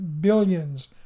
billions